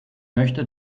möchte